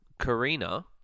Karina